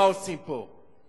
מה עושים פה?